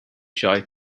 shy